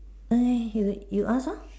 !oi! you you ask orh